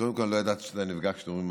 קודם כול, לא ידעתי שאתה נפגע כשאומרים: